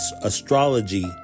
Astrology